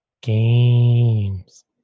Games